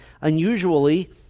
unusually